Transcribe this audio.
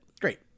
Great